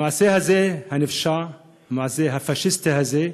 המעשה הנפשע הזה, המעשה הפאשיסטי הזה,